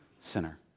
sinner